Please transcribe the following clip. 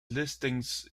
listings